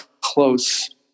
close